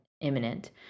imminent